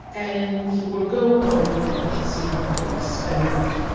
and he will go home and see how things pan out.